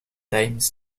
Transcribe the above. times